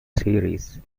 series